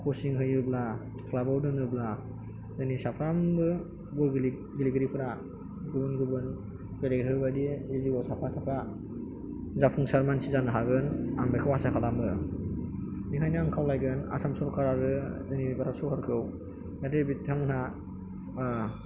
coaching होयोब्ला क्लाबआव दोनोब्ला दिनै साफ्रामबो बल गेलेगिरिफ्रा गुबुन गुबुन गेलेग्राबायदि जिउआव साफा साफा जाफुंसार मानसि जानो हागोन आं बेखौ आसा खालामो बेनिखायनो आं खावलायगोन आसाम सरकार आरो भारत जोंनि सरखारखौ माने बिथांमोनहा